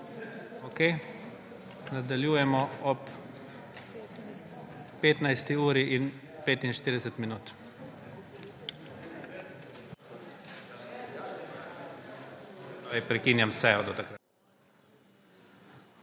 Okej. Nadaljujemo ob 15.45.